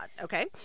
okay